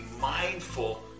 mindful